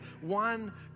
One